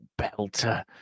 belter